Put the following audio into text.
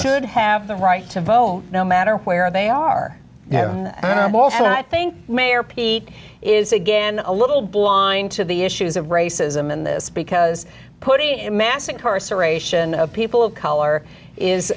should have the right to vote no matter where they are you know what i think mayor pete is again a little blind to the issues of racism in this because putting mass incarceration of people of color is